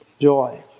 Joy